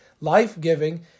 life-giving